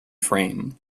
frame